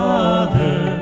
Father